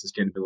sustainability